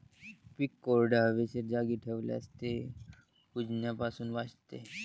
पीक कोरड्या, हवेशीर जागी ठेवल्यास ते कुजण्यापासून वाचते